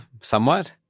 somewhat